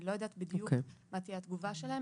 אני לא יודעת בדיוק מה תהיה התגובה שלהן.